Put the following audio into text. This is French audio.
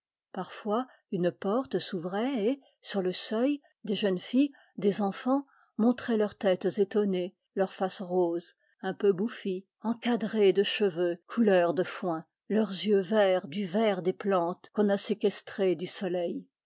parfois une porte s'ouvrait et sur le seuil des jeunes filles des enfants montraient leurs têtes étonnées leurs faces roses un peu bouffies encadrées de cheveux couleur de foin leurs yeux verts du vert des plantes qu'on a séquestrées du soleil